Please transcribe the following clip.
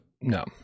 No